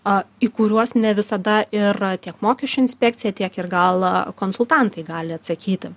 a į kuriuos ne visada ir tiek mokesčių inspekcija tiek ir gal a konsultantai gali atsakyti